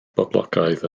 boblogaidd